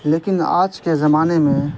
لیکن آج کے زمانے میں